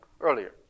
earlier